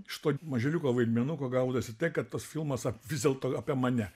iš to mažiuliuko vaidmenuko gaudavosi tai kad tas filmas a vis dėlto apie mane